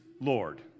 Lord